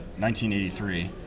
1983